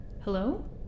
Hello